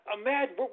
imagine